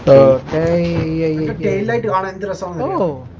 a a nine-iron interest on wall